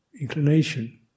inclination